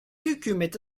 hükümeti